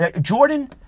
Jordan